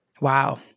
Wow